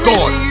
God